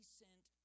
sent